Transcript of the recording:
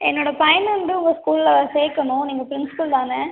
என்னோடய பையனை வந்து உங்கள் ஸ்கூலில் சேர்க்கணும் நீங்கள் பிரின்ஸ்பல் தானே